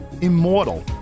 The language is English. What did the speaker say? immortal